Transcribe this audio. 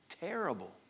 terrible